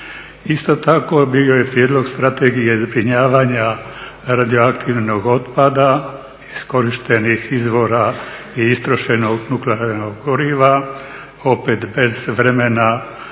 Isto tako bio je prijedlog Strategije zbrinjavanja radioaktivnog otpada iskorištenih izvora i istrošenog nuklearnog goriva opet bez vremena